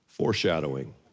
Foreshadowing